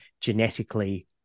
genetically